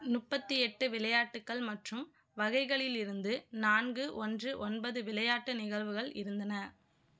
முப்பத்தி எட்டு விளையாட்டுக்கள் மற்றும் வகைகளிலிருந்து நான்கு ஒன்று ஒன்பது விளையாட்டு நிகழ்வுகள் இருந்தன